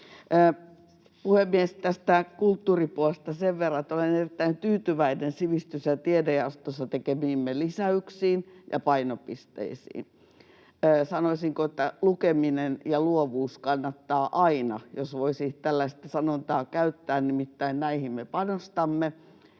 Puhemies! Tästä kulttuuripuolesta sen verran, että olen erittäin tyytyväinen sivistys- ja tiedejaostossa tekemiimme lisäyksiin ja painopisteisiin. Sanoisinko, että lukeminen ja luovuus kannattavat aina, jos voisi tällaista sanontaa käyttää, nimittäin näihin me panostamme.